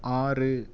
ஆறு